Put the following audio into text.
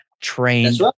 trained